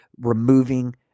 removing